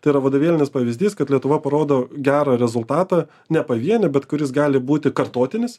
tai yra vadovėlinis pavyzdys kad lietuva parodo gerą rezultatą ne pavieniui bet kuris gali būti kartotinis